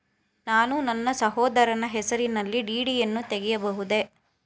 ನಾನು ನನ್ನ ಸಹೋದರನ ಹೆಸರಿನಲ್ಲಿ ಡಿ.ಡಿ ಯನ್ನು ತೆಗೆಯಬಹುದೇ?